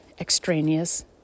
extraneous